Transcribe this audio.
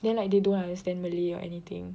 then like they don't understand Malay or anything